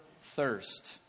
thirst